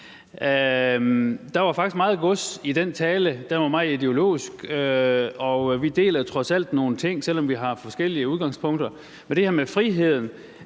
Der var faktisk meget gods i den tale. Den var meget ideologisk, og vi deler trods alt nogle ting, selv om vi har forskellige udgangspunkter. Men der er det her med friheden